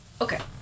Okay